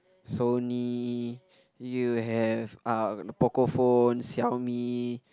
Sony you have uh Pocophone Xiao-Mi